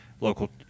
local